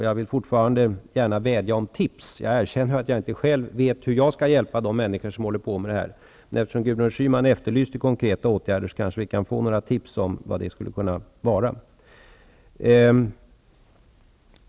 Jag vädjar fortfarande om tips och erkänner att jag inte själv vet hur jag skall hjälpa de människor som sysslar med detta. Eftersom Gudrun Schyman efterlyste konkreta åtgärder, kan vi kanske få några tips om vad det skulle vara fråga om.